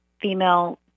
female